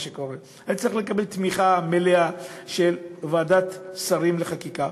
היה צריך לקבל תמיכה מלאה של ועדת השרים לחקיקה.